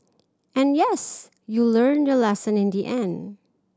and yes you learnt your lesson in the end